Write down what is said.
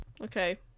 Okay